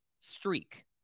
streak